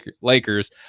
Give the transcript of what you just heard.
Lakers